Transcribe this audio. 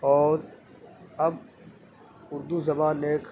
اور اب اردو زبان ایک